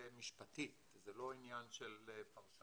זה משפטית, זה לא עניין של פרשנות.